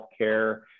healthcare